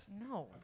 No